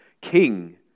king